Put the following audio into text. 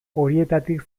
horietatik